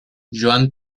joan